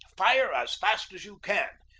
fire as fast as you can!